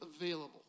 available